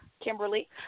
Kimberly